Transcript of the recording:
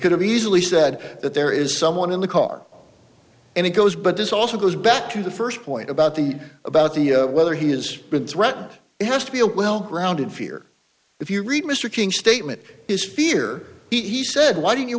could have easily said that there is someone in the car and it goes but this also goes back to the st point about the about the whether he has been threatened it has to be a well rounded fear if you read mr king statement is fear he said why don't you